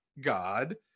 God